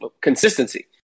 consistency